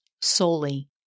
solely